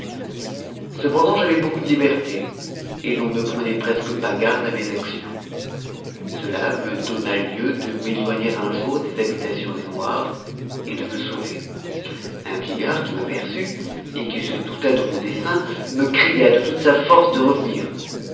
cependant j'avais beaucoup de liberté et l'on ne prenait presque pas at'de à mes actions cela me donna lieu de m'étoigner un jour des habitittious des noirs et de me sauver un vieillard qui m'aperçut et qui se douta de mon dessein me cria de toute sa force de revenir